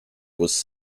was